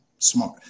smart